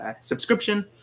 subscription